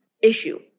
issue